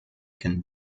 can